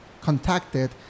contacted